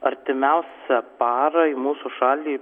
artimiausią parą į mūsų šalį